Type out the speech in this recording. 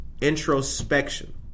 introspection